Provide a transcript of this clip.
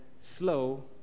slow